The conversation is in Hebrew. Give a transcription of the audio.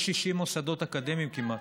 יש 60 מוסדות אקדמיים כמעט.